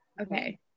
okay